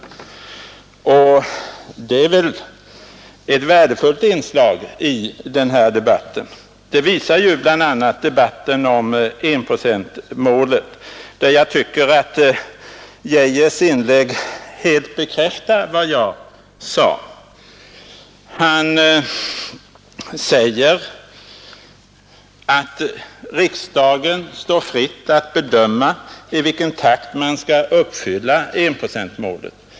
Det är väl ett värdefullt inslag i vår debatt. Det visar ju just diskussionen om enprocentsmålet, där jag tycker att herr Geijers inlägg helt bekräftade vad jag sade. Han sade att det står riksdagen fritt att bedöma i vilken takt man skall uppfylla enprocentsmålet.